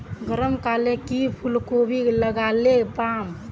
गरम कले की फूलकोबी लगाले पाम?